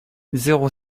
zéro